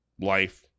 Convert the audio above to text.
life